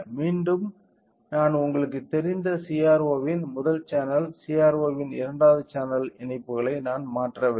மீண்டும் நான் உங்களுக்குத் தெரிந்த CRO வின் முதல் சேனல் CRO வின் இரண்டாவது சேனல் இணைப்புகளை நான் மாற்றவில்லை